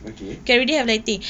okay